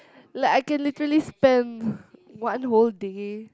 like I can literally spam one whole day